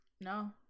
No